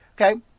Okay